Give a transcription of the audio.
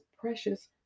precious